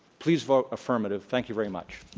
please vote affirmative. thank you very much.